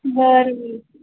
बरं